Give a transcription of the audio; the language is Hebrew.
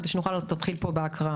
כדי שנוכל להתחיל פה בהקראה.